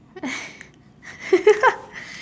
what the heck